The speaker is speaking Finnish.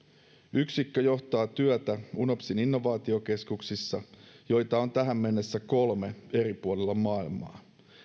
yksikkö johtaa työtä unopsin innovaatiokeskuksissa joita on tähän mennessä kolme eri puolilla maailmaa